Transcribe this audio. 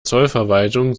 zollverwaltung